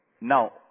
now